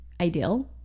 ideal